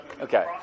Okay